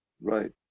Right